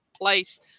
place